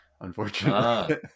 unfortunately